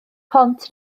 pont